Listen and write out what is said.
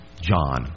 John